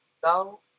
go